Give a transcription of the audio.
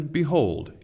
behold